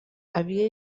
havia